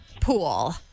Pool